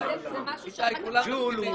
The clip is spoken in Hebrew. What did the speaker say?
ג'ול.